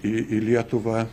į į lietuvą